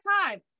time